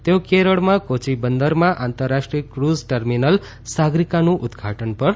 તેઓ કેરળમાં કોચી બંદરમાં આંતરરાષ્ટ્રીય ક્રુઝ ટર્મીનલ સાગરીકાનું ઉદઘાટન પણ કરશે